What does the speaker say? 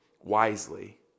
wisely